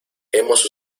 hemos